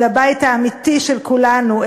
אל הבית האמיתי של כולנו,